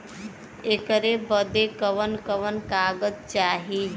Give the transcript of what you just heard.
ऐकर बदे कवन कवन कागज चाही?